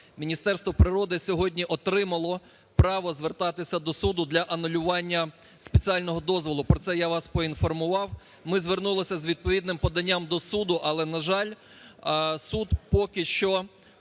Міністерство природи сьогодні отримало право звертатися до суду для анулювання спеціального дозволу, про це я вас поінформував. Ми звернулися з відповідним поданням до суду, але, на жаль, суд поки що